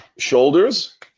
Shoulders